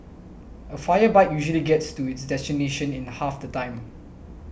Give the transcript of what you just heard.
a fire bike usually gets to its destination in half the time